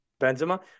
Benzema